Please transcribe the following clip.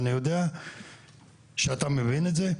ואני יודע שאתה מבין את זה,